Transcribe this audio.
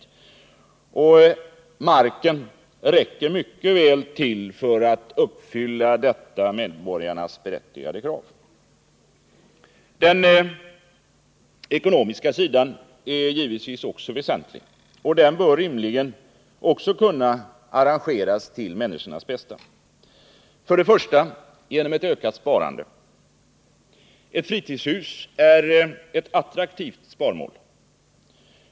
Marken räcker mycket väl till för att uppfylla detta medborgarnas berättigade krav. Den ekonomiska sidan är givetvis också väsentlig, och den bör rimligtvis också kunna arrangeras till människornas bästa, först och främst genom ett ökat sparande. Ett fritidshus är ett attraktivt sparmål.